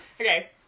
Okay